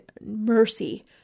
mercy